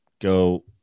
go